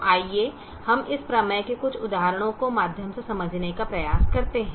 तो आइए हम इस प्रमेय को कुछ उदाहरणों के माध्यम से समझने का प्रयास करते है